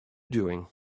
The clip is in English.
doing